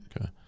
okay